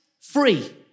free